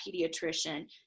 pediatrician